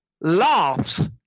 laughs